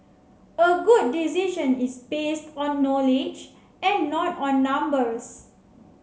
a good decision is based on knowledge and not on numbers